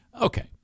Okay